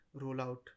rollout